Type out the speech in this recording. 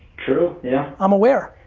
true, yeah. i'm aware